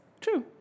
true